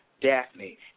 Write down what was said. Daphne